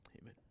Amen